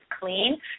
clean